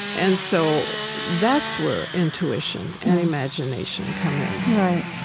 and so that's where intuition and imagination come in right.